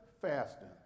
Fasting